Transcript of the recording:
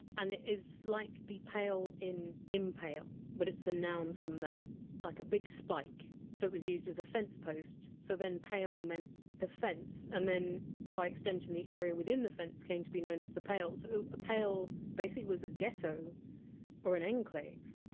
and it is like the! pale' in! impale, but it's the noun from that, like a big spike, that was used as a fence post. so then! pale! meant the fence, and then by extension the area within the fence came to be known as the pale. so a pale basically was a ghetto or an enclave.